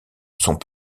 sont